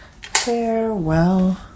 Farewell